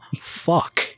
fuck